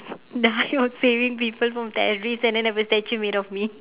die of saving people from terrorist and then have a statue made of me